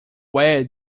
where